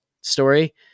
story